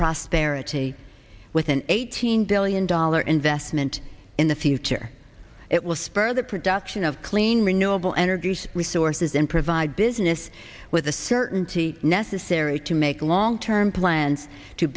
prosperity with an eighteen billion dollar investment in the future it will spur the production of clean renewable energy resources and provide business with the certainty necessary to make long term plans to